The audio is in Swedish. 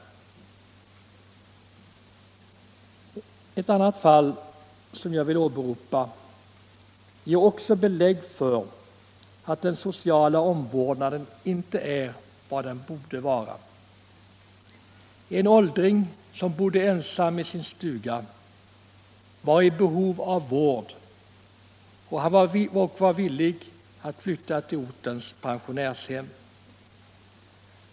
Också ett annat fall som jag vill åberopa ger belägg för att den sociala omvårdnaden inte är vad den borde vara. En åldring, som bodde ensam i sin stuga, var i behov av vård och var villig att flytta till ortens pensionärshem.